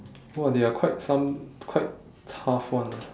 !wah! there are quite some quite tough one ah